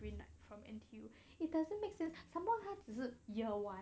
I mean like from N_T_U it doesn't make sense some more 他只是 year one